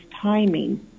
timing